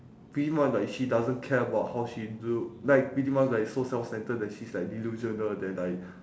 pretty much like she doesn't care about how she look like pretty much like it's so self-centred that she's like delusional then like